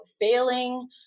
failing